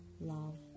love